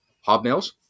hobnails